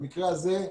במקרה הזה,